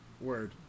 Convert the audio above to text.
Word